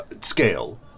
scale